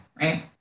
Right